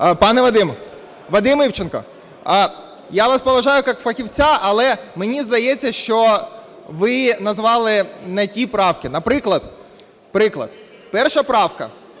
Пане Вадим, Вадим Івченко! Я вас поважаю як фахівця, але мені здається, що ви назвали не ті правки. Наприклад, 1 правка.